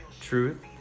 truth